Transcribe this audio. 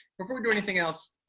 before we do anything else,